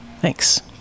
thanks